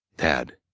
dad,